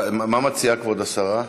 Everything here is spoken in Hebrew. מה מציעה כבוד השרה?